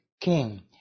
king